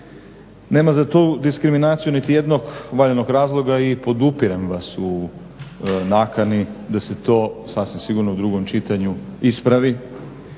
Nema za tu diskriminaciju niti jednog valjanog razloga i podupirem vas u nakani da se to sasvim sigurno u drugom čitanju ispravi,